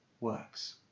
works